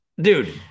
Dude